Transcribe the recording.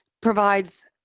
provides